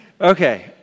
Okay